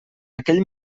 aquell